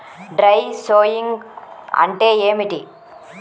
Dry sowing అంటే ఏమిటి?